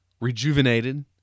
rejuvenated